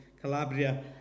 calabria